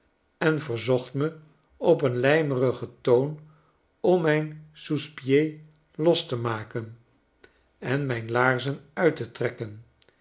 en verzocht me op een lijmerigen toon om mijn souspieds los te maken en myn laarzen uit te trekken